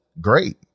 great